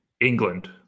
England